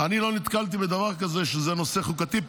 אני לא נתקלתי בדבר כזה שזה נושא חוקתי.